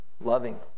loving